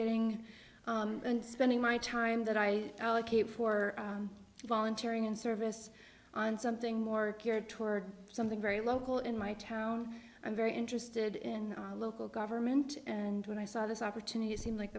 getting and spending my time that i allocate for volunteering in service on something more geared toward something very local in my town i'm very interested in local government and when i saw this